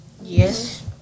Yes